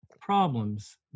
problems